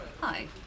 Hi